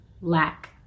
lack